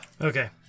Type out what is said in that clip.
Okay